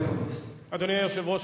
אדוני היושב-ראש,